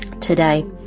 today